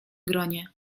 gronie